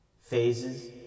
phases